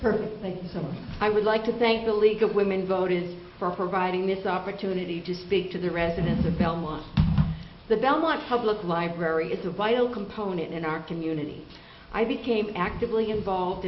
example i would like to thank the league of women voted for providing this opportunity to speak to the residents at belmont the belmont public library is a vital component in our community i became actively involved